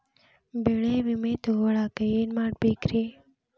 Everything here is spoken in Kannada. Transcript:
ಬೆಳೆ ವಿಮೆ ತಗೊಳಾಕ ಏನ್ ಮಾಡಬೇಕ್ರೇ?